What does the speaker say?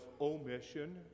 omission